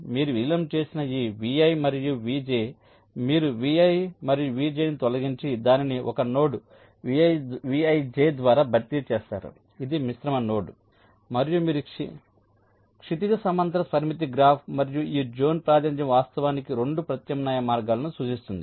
మీరు విలీనం చేసిన ఈ Vi మరియు Vj మీరు Vi మరియు Vj ని తొలగించి దానిని 1 నోడ్ Vij ద్వారా భర్తీ చేస్తారు ఇది మిశ్రమ నోడ్ మరియు మీరు క్షితిజ సమాంతర పరిమితి గ్రాఫ్ మరియు ఈ జోన్ ప్రాతినిధ్యం వాస్తవానికి 2 ప్రత్యామ్నాయ మార్గాలను సూచిస్తుంది